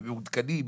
הם מעודכנים,